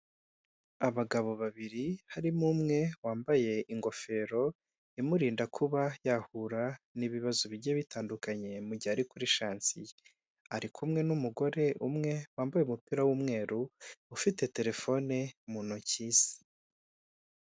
Abagabo babiri, harimo umwe wambaye ingofero, imurinda kuba yahura n'ibibazo bigiye bitandukanye mu gihe ari kuri shansiye, ari kumwe n'umugore umwe wambaye umupira w'umweru, ufite telefone mu ntoki ze.